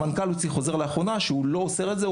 המנכ"ל הוציא לאחרונה חוזר שהוא לא אוסר את זה,